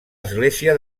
església